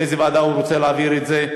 לאיזה ועדה הוא רוצה להעביר את זה,